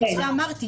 כפי שאמרתי,